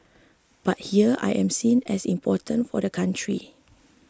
but here I am seen as important for the country